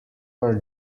are